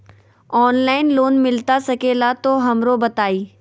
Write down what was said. Online loan मिलता सके ला तो हमरो बताई?